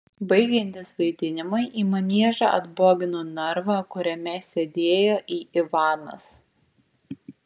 baigiantis vaidinimui į maniežą atbogino narvą kuriame sėdėjo į ivanas